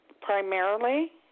primarily